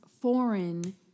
foreign